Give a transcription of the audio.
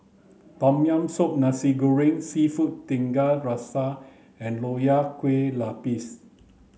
tom yam soup nasi goreng seafood tiga rasa and nonya kueh lapis